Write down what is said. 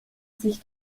sich